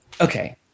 Okay